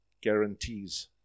guarantees